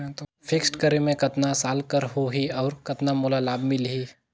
Fixed करे मे कतना साल कर हो ही और कतना मोला लाभ मिल ही?